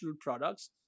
products